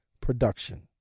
production